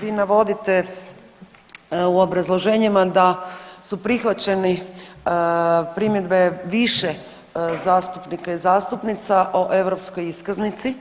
Vi navodite u obrazloženjima da su prihvaćene primjedbe više zastupnika i zastupnica o europskoj iskaznici